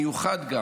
גם מיוחד,